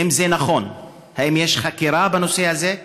ואם זה נכון, האם יש חקירה בנושא הזה?